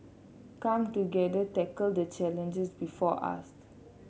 come together tackle the challenges before us